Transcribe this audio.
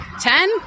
Ten